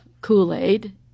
Kool-Aid